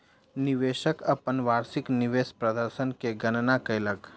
निवेशक अपन वार्षिक निवेश प्रदर्शन के गणना कयलक